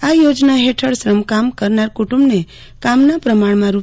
આ યોજના હેઠળ શ્રમકામ કરનાર કુટુંબને કામના પ્રમાણમાં રૂ